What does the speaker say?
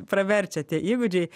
praverčia tie įgūdžiai